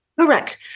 Correct